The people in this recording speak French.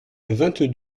vingt